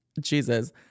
Jesus